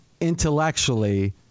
intellectually